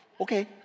Okay